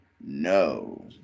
No